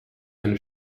eine